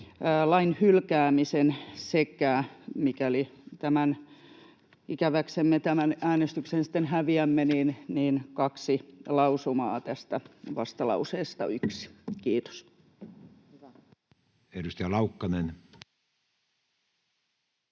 lain hylkäämisen sekä, mikäli ikäväksemme tämän äänestyksen sitten häviämme, kaksi lausumaa tästä vastalauseesta 1. — Kiitos. [Speech